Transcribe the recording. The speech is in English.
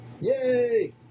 Yay